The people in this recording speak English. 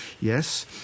Yes